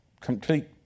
complete